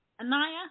anaya